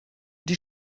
die